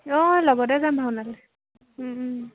অঁ লগতে যাম ভাওনালৈ